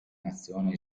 nazione